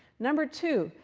number two,